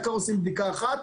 היק"ר עושים בדיקה אחת,